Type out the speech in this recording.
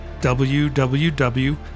WWW